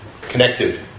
connected